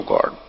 God